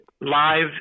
live